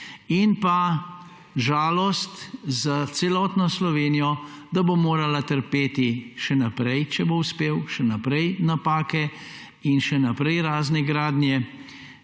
in žalost za celotno Slovenijo, da bo morala trpeti, če bo uspel, še naprej napake in še naprej razne gradnje